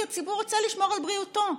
כי הציבור רוצה לשמור על בריאותו.